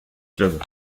club